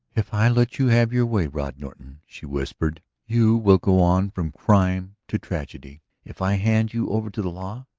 if i let you have your way, rod norton, she whispered, you will go on from crime to tragedy. if i hand you over to the law,